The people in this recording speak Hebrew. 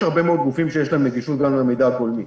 יש הרבה מאוד גופים שיש להם נגישות גם למידע הגולמי.